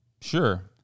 Sure